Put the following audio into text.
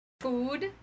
Food